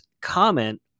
comment